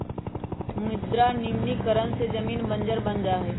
मृदा निम्नीकरण से जमीन बंजर बन जा हई